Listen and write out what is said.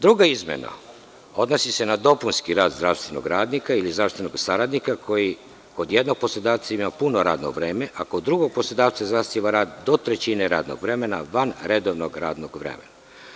Druga izmena odnosi se na dopunski rad zdravstvenog radnika ili zdravstvenog saradnika koji kod jednog poslodavca ima puno radno vreme, a kod drugog poslodavca zasniva rad to trećine radnog vremena, van redovnog radnog vremena.